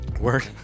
Word